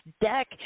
deck